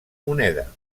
moneda